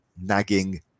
nagging